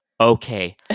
okay